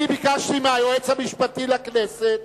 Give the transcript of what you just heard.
אני ביקשתי מהיועץ המשפטי לכנסת